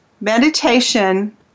Meditation